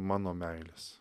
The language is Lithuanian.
mano meilės